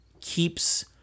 keeps